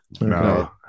no